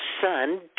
son